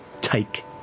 take